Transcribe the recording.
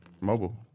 mobile